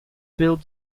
built